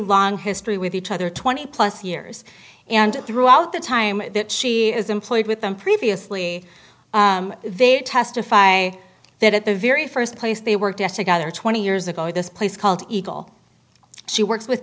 long history with each other twenty plus years and throughout the time that she is employed with them previously they testify that at the very st place they worked as together twenty years ago this place called eagle she works with